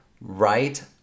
right